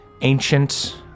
ancient